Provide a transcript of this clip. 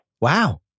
Wow